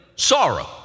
sorrow